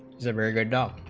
is a very good doc